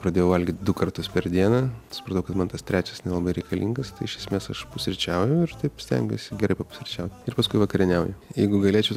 pradėjau valgyti du kartus per dieną supratau kad man tas trečias nelabai reikalingas tai iš esmės aš pusryčiauju ir taip stengiuosi gerai papusryčiaut ir paskui vakarieniauju jeigu galėčiau